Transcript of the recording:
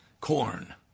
corn